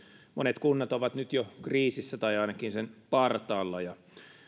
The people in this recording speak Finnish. monet kunnat ovat jo nyt kriisissä tai ainakin sen partaalla